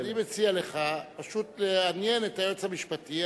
אני מציע לך פשוט לעניין את היועץ המשפטי,